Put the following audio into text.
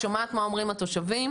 בבקשה, את שומעת מה אומרים התושבים.